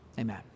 amen